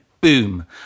boom